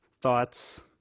thoughts